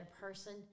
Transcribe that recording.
person